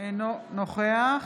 אינו נוכח